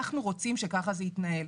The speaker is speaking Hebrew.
אנחנו רוצים שככה זה יתנהל.